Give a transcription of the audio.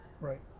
Right